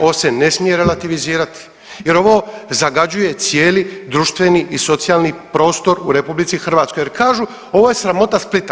Ovo se ne smije relativizirati jer ovo zagađuje cijeli društveni i socijalni prostor u RH jer kažu ovo je sramota Splita.